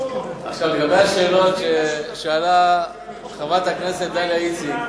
לגבי השאלות ששאלה חברת הכנסת דליה איציק,